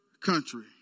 country